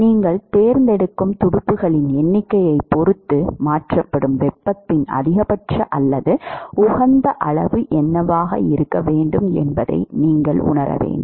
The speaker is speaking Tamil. நீங்கள் தேர்ந்தெடுக்கும் துடுப்புகளின் எண்ணிக்கையைப் பொறுத்து மாற்றப்படும் வெப்பத்தின் அதிகபட்ச அல்லது உகந்த அளவு என்னவாக இருக்க வேண்டும் என்பதை நீங்கள் உணர வேண்டும்